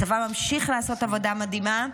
הצבא ממשיך לעשות עבודה מדהימה.